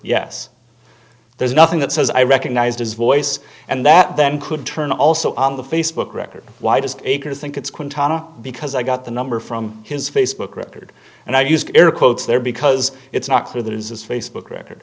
yes there's nothing that says i recognized his voice and that then could turn also on the facebook record why does akers think it's because i got the number from his facebook record and i used air quotes there because it's not clear that his facebook record